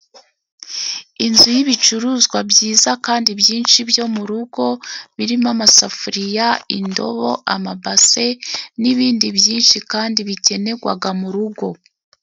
Inzu y'ibicuruzwa byiza kandi byinshi byo mu rugo, birimo amasafuriya, indobo amabase , nibindi byinshi kandi bikenerwaga murugo.